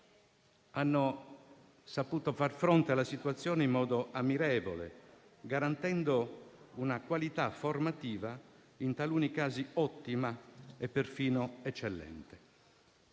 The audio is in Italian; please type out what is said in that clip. Hanno saputo far fronte alla situazione in modo ammirevole, garantendo una qualità formativa in taluni casi ottima e perfino eccellente.